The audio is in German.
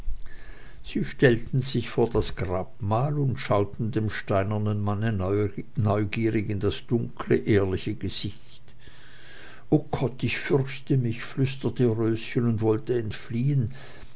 sie stellten sich vor das grabmal und schauten dem steinernen manne neugierig in das dunkle ehrliche gesicht o gott ich fürchte mich flüsterte röschen und wollte entfliehen